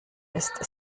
ist